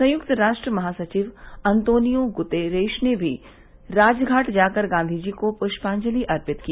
संयुक्त राष्ट्र महासचिव अंतोनियो गुतेरेश ने भी राजघाट जाकर गांधी जी को प्यांजलि अर्पित की